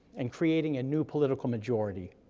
and creating a new political majority.